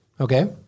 Okay